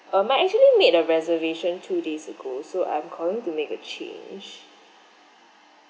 um might actually made a reservation two days ago so I'm calling to make a change